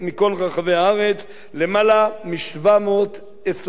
למעלה מ-720,000 יהודים,